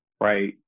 right